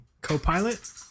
co-pilot